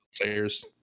players